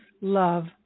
love